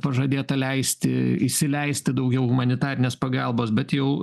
pažadėta leisti įsileisti daugiau humanitarinės pagalbos bet jau